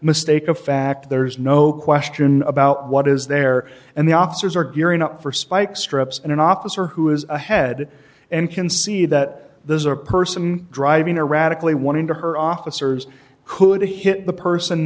mistake of fact there's no question about what is there and the officers are gearing up for spike strips and an officer who has a head and can see that there's a person driving erratically wanting to her officers could hit the person